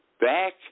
Back